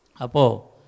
Apo